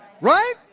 Right